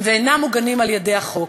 ואינם מוגנים על-ידי החוק,